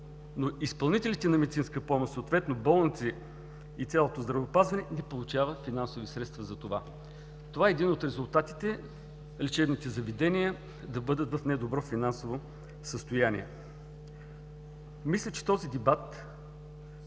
но изпълнителите на медицинска помощ – съответно болници и цялото здравеопазване, не получават финансови средства за това. Това е един от резултатите лечебните заведения да бъдат в недобро финансово състояние. Мисля, че този дебат